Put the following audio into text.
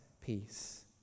peace